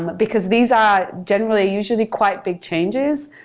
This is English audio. but because these are generally usually quite big changes,